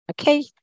Okay